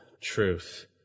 truth